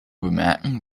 bemerken